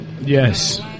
Yes